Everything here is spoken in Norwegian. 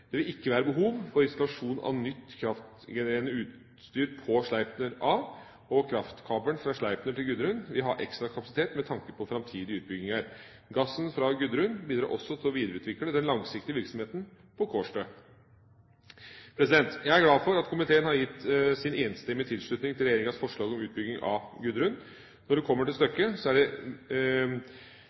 Det vil ikke være behov for installasjon av nytt kraftgenererende utstyr på Sleipner A, og kraftkabelen fra Sleipner til Gudrun vil ha ekstra kapasitet med tanke på framtidige utbygginger. Gassen fra Gudrun bidrar også til å videreutvikle den langsiktige virksomheten på Kårstø. Jeg er glad for at komiteen har gitt sin enstemmige tilslutning til regjeringas forslag om utbygging av Gudrun. Når det kommer til stykket, er det enighet om hovedlinjene i petroleumspolitikken i Norge. Det er bra. Det